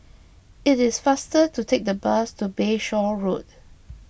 it is faster to take the bus to Bayshore Road